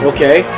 Okay